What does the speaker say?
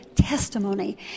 testimony